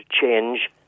change